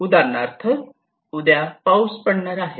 उदाहरणार्थ उद्या पाऊस पडणार आहे